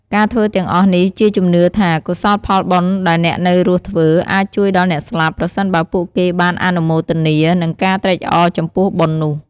ការធ្វើទាំងអស់នេះជាជំនឿថា កុសលផលបុណ្យដែលអ្នកនៅរស់ធ្វើ អាចជួយដល់អ្នកស្លាប់ ប្រសិនបើពួកគេបានអនុមោទនា និងការត្រេកអរ ចំពោះបុណ្យនោះ។